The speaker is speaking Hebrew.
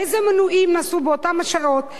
איזה מנויים נסעו באותן השעות,